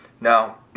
now